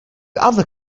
other